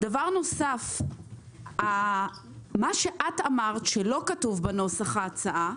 דבר נוסף, מה שאת אמרת שלא כתוב בנוסח ההצעה,